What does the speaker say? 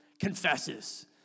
confesses